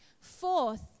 Fourth